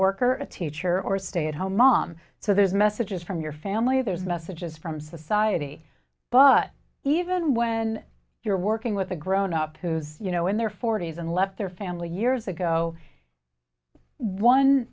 worker or a teacher or a stay at home mom so there's messages from your family there's messages from society but even when you're working with a grown up who's you know in their forty's and left their family years ago one